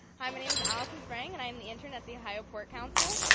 hi, my name is alison sprang, and i am the intern at the ohio pork council.